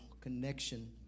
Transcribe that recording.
connection